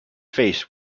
face